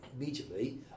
immediately